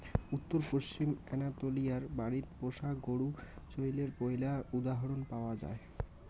উত্তর পশ্চিম আনাতোলিয়ায় বাড়িত পোষা গরু চইলের পৈলা উদাহরণ পাওয়া যায়